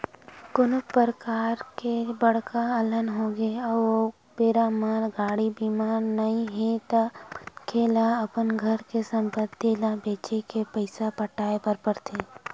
कोनो परकार ले बड़का अलहन होगे अउ ओ बेरा म गाड़ी बीमा नइ हे ता मनखे ल अपन घर के संपत्ति ल बेंच के पइसा पटाय बर पड़थे